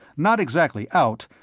not exactly out,